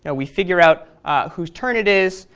and we figure out whose turn it is,